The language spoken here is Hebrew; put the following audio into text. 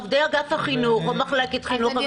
עובדי אגף החינות או מחלקת חינוך המקומית.